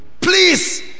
please